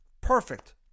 Perfect